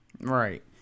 Right